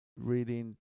reading